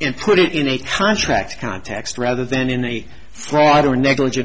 and put it in a contract context rather than in a flawed or negligent